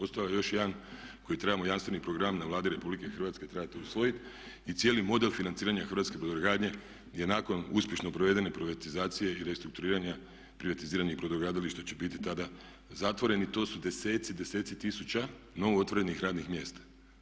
Ostao je još jedan koji trebamo jamstveni program na Vladi Republike Hrvatske trebate usvojiti i cijeli model financiranja hrvatske brodogradnje je nakon uspješno provedene privatizacije i restrukturiranja privatiziranih brodogradilišta će biti tada zatvoren i to su desetci, desetci tisuća novo otvorenih radnih mjesta.